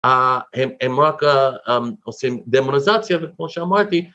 הם רק עושים דמוניזציה וכמו שאמרתי